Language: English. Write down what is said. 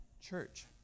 church